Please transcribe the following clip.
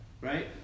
Right